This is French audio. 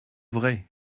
vrai